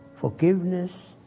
Forgiveness